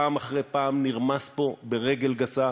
פעם אחרי פעם נרמס פה ברגל גסה,